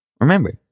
Remember